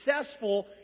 successful